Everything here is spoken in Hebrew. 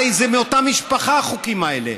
הרי הם מאותה משפחה, החוקים האלה.